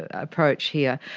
ah approach here.